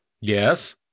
Yes